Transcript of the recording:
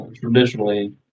traditionally